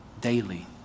daily